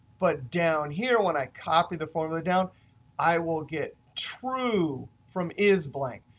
but down here when i copy the formula down i will get true from is blank.